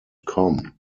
com